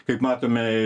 kaip matome